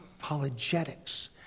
apologetics